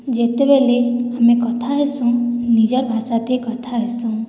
ଯେତେବେଲେ ଆମେ କଥା ହେସୁଁ ନିଜର ଭାଷାତେ କଥା ହେସୁଁ